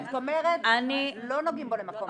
זאת אומרת, לא נוגעים בו למקום אחר.